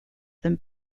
than